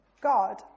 God